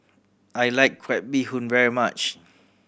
I like crab bee hoon very much